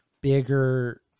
bigger